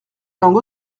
langues